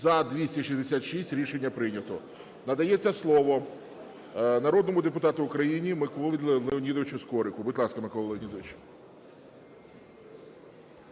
За-266 Рішення прийнято. Надається слово народному депутату України Миколі Леонідовичу Скорику. Будь ласка, Миколо Леонідовичу.